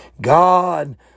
God